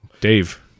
Dave